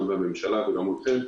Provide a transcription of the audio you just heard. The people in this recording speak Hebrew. גם בממשלה וגם מולכם.